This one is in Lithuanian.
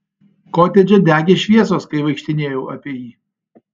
kotedže degė šviesos kai vaikštinėjau apie jį